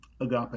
agape